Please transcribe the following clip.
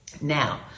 Now